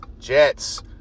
Jets